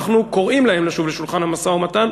אנחנו קוראים להם לשוב לשולחן המשא-ומתן,